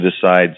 decides